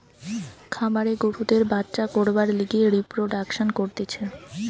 খামারে গরুদের বাচ্চা করবার লিগে রিপ্রোডাক্সন করতিছে